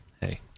hey